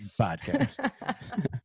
podcast